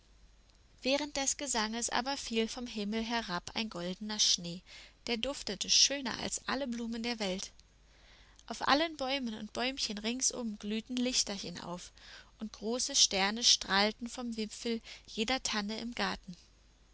während des gesanges aber fiel vom himmel herab ein goldener schnee der duftete schöner als alle blumen der welt auf allen bäumen und bäumchen ringsum glühten lichterchen auf und große sterne strahlten vom wipfel jeder tanne im garten